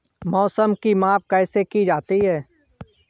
मौसम की माप कैसे की जाती है?